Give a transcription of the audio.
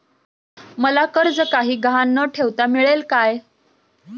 मला कर्ज काही गहाण न ठेवता मिळेल काय?